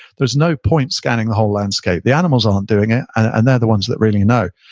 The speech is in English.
there's no point scanning the whole landscape. the animals aren't doing it, and they're the ones that really know.